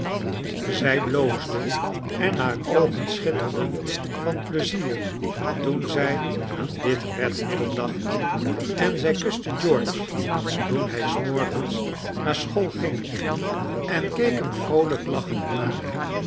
zij bloosde en haar oogen schitterden van pleizier toen zij aan dit redmiddel dacht en zij kuste george toen hij s morgens naar school ging en keek hem vroolijk lachend na